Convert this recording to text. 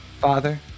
father